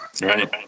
Right